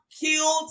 killed